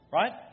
right